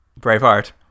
Braveheart